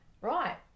right